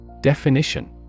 Definition